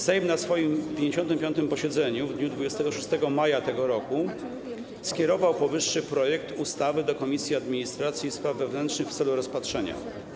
Sejm na 55. posiedzeniu w dniu 26 maja tego roku skierował powyższy projekt ustawy do Komisji Administracji i Spraw Wewnętrznych w celu rozpatrzenia.